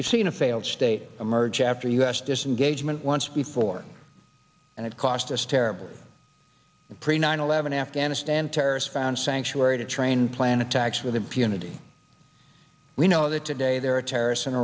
we've seen a failed state emerge after us disengagement once before and it cost us terrible pre nine eleven afghanistan terrorist found sanctuary to train plan attacks with impunity we know that today there are terrorists in